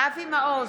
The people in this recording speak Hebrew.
אבי מעוז,